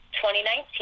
2019